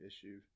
issue